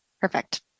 Perfect